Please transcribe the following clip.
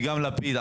וגם לפיד.